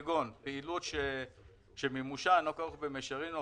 כגון: "פעילות שמימושה אינו כרוך במישרין או